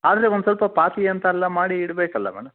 ಆದರೆ ಒಂದಸ್ವಲ್ಪ ಪಾತಿ ಅಂತೆಲ್ಲ ಮಾಡಿ ಇಡಬೇಕಲ್ಲ ಮೇಡಮ್